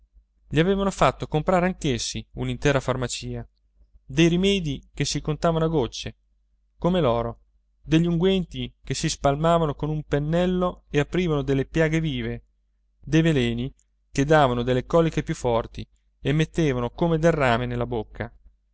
gli avevano fatto comperare anch'essi un'intera farmacia dei rimedi che si contavano a gocce come l'oro degli unguenti che si spalmavano con un pennello e aprivano delle piaghe vive dei veleni che davano delle coliche più forti e mettevano come del rame nella bocca